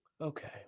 Okay